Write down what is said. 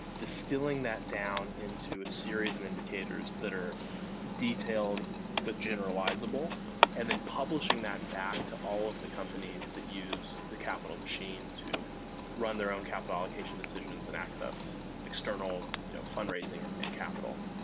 distilling that down into a series of indicators that are detailed but generalizable and then publishing that back to all of the companies that use the capital machine to run their own capital allocation decisions and access external you know fundraising and and capital.